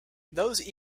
those